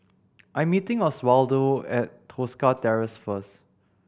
I'm meeting Oswaldo at Tosca Terrace first